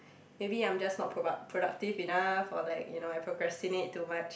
maybe I'm just not product~ productive enough or like you know I procrastinate too much